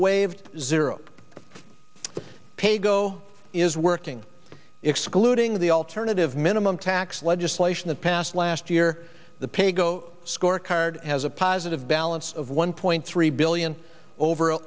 waived zero pay go is working excluding the alternative minimum tax legislation that passed last year the pay go score card has a positive balance of one point three billion over